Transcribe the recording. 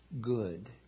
good